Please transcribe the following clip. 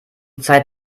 zeit